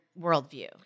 worldview